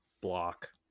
block